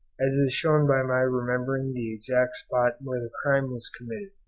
as is shown by my remembering the exact spot where the crime was committed.